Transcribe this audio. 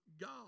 God